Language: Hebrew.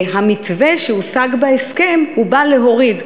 המתווה שהושג בהסכם בא להוריד,